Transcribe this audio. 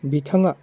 बिथाङा